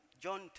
John